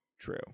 true